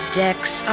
decks